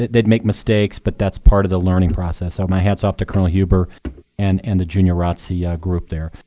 they'd make mistakes, but that's part of the learning process. so my hat's off to colonel and and the junior rotc yeah group there.